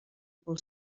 pel